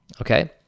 Okay